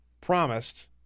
promised